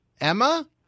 Emma